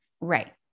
right